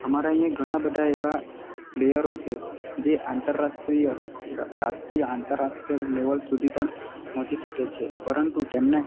હમારા અહીંયા ઘણા બધા એવા પ્લેયરો છે જે આંતરરાષ્ટ્રીય રાષ્ટ્રીય આંતરરાષ્ટ્રીય લેવલ સુધી પણ પહોંચી શકે છે પરંતુ તેમને